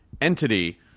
entity